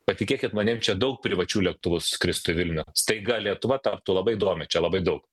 patikėkit manim čia daug privačių lėktuvų skristų į vilnių staiga lietuva taptų labai įdomi čia labai daug